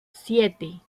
siete